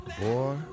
Boy